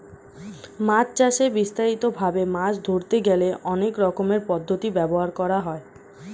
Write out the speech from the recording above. মাছ চাষে বিস্তারিত ভাবে মাছ ধরতে গেলে অনেক রকমের পদ্ধতি ব্যবহার করা হয়